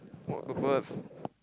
what purpose